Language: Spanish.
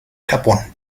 japón